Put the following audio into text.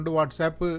WhatsApp